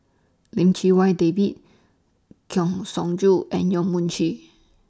Lim Chee Wai David Kang Siong Joo and Yong Mun Chee